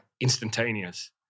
instantaneous